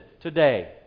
today